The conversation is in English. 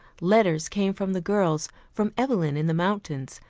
letters came from the girls from evelyn in the mountains,